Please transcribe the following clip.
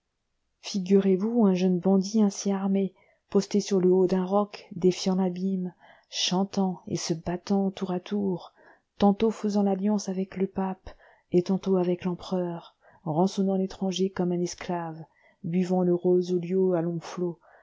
figurez-vous un jeune bandit ainsi armé posté sur le haut d'un roc défiant l'abîme chantant et se battant tour à tour tantôt faisant alliance avec le pape et tantôt avec l'empereur rançonnant l'étranger comme un esclave buvant le rosolio à longs flots